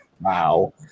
Wow